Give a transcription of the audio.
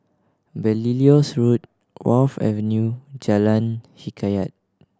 Belilios Road Wharf Avenue Jalan Hikayat